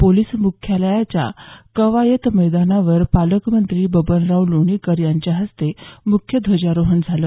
police मुख्यालयाच्या कवायत मैदानावर पालकमंत्री बबनराव लोणीकर यांच्या हस्ते मुख्य ध्वजारोहण झालं